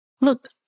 Look